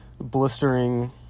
blistering